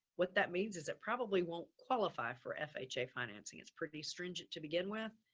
what that means is it probably won't qualify for fha financing. it's pretty stringent to begin with,